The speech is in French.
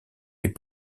est